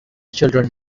children